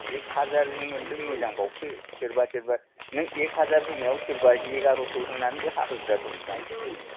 एक हाजारनि मोनदों मोजांबावसो सोरबा सोरबा नों एक हाजार होनायाव सोरबा एगार'स' होनानैबो हाहोग्रा दं माइखौ